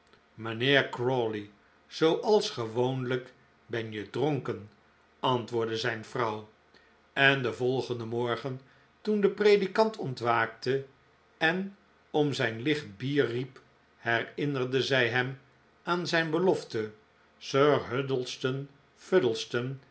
mijnheer crawley zooals gewoonlijk ben je dronken antwoordde zijn vrouw en den volgenden morgen toen de predikant ontwaakte en om zijn licht bier riep herinnerde zij hem aan zijn belofte